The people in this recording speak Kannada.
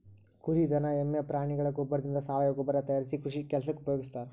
ಕುರಿ ದನ ಎಮ್ಮೆ ಪ್ರಾಣಿಗಳ ಗೋಬ್ಬರದಿಂದ ಸಾವಯವ ಗೊಬ್ಬರ ತಯಾರಿಸಿ ಕೃಷಿ ಕೆಲಸಕ್ಕ ಉಪಯೋಗಸ್ತಾರ